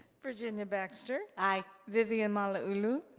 virginia baxter? aye. vivian malauulu?